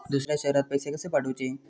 दुसऱ्या शहरात पैसे कसे पाठवूचे?